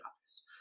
office